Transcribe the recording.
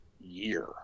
year